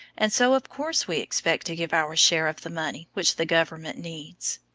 and so of course we expect to give our share of the money which the government needs.